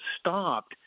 stopped